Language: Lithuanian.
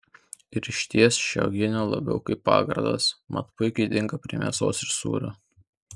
ir išties ši uogienė labiau kaip pagardas mat puikiai tinka prie mėsos ir sūrio